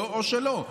או שלא,